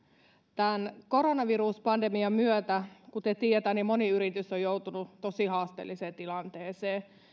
tämän koronaviruspandemian myötä kuten tiedetään moni yritys on joutunut tosi haasteelliseen tilanteeseen